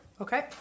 okay